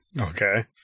Okay